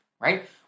right